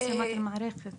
המערכת